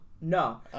no